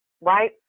right